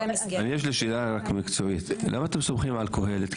שאלה מקצועית - למה אתם סומכים על קהלת?